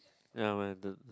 never mind